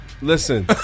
Listen